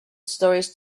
stories